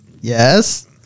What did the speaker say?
Yes